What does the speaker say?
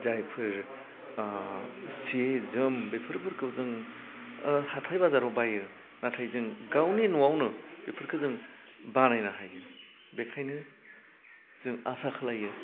जायफोर आह सि जोम बेफोरफोरखौ जों ओह हाथाइ बाजाराव बाइयो नाथाय जों गावनि न'वावनो बेफोरखो जों बानायनो हायो बेखायनो जों आसा खालायो